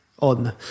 on